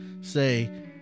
say